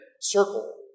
circle